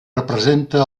representa